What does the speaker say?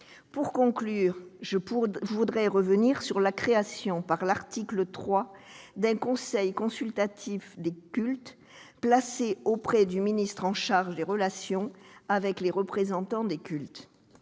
Pour conclure, je voudrais revenir sur la création par l'article 3 d'un conseil consultatif des cultes, placé auprès du ministre en charge des relations avec les représentants des cultes.